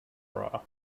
bra